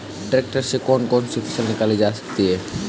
Tractor से कौन कौनसी फसल निकाली जा सकती हैं?